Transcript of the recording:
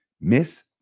miss